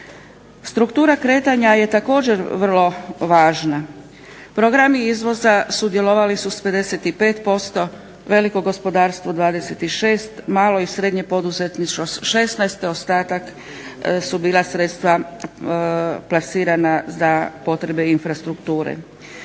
Struktura kretanja je također vrlo važna. Programi izvoza sudjelovali su s 55%, veliko gospodarstvo 26, malo i srednje poduzetništvo sa 16, ostatak su bila sredstva plasirana za potrebe infrastrukture.